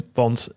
want